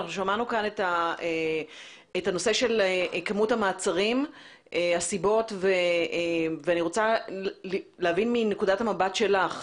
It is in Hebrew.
שמענו כאן את כמות המעצרים והסיבות ואני רוצה להבין מנקודת המבט שלך.